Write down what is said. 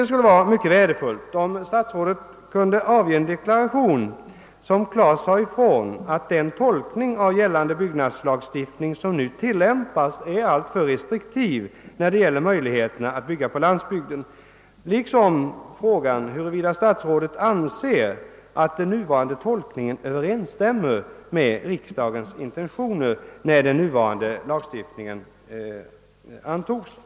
Det skulle vara mycket värdefullt om statsrådet kunde avge en deklaration, där det klart sades ifrån att den tolkning av gällande byggnadslagstiftning, som nu tillämpas, är alltför restriktiv när det gäller möjligheterna att bygga på landsbygden. Dessutom skulle jag vilja veta om statsrådet anser att den nuvarande tolkningen överensstämmer med riksdagens intentioner vid antagandet av den nuvarande lagstiftningen. Herr talman!